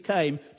came